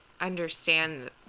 understand